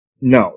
No